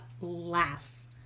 laugh